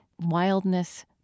wildness